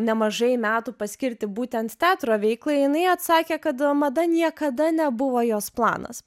nemažai metų paskirti būtent teatro veiklai jinai atsakė kad mada niekada nebuvo jos planas